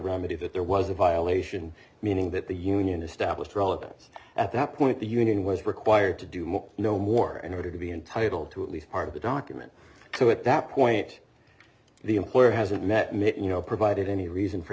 remedy that there was a violation meaning that the union established relevance at that point the union was required to do more no more an order to be entitled to at least part of the document so at that point the employer hasn't met me you know provided any reason for